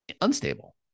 unstable